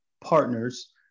partners